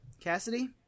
Cassidy